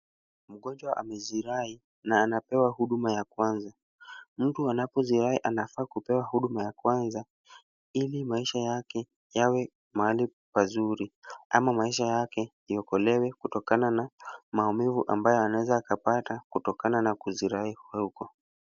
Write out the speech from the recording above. Mgonjwa amezirai na anapewa huduma ya kwanza. Mtu anapozirai anafaa kupewa huduma ya kwanza, ili maisha yake yawe mahali pazuri au maisha yake yaokolewa kutokana na maumivu ambayo anaweza akapata kutokana na kuzirai huko.